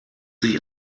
sich